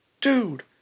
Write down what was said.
dude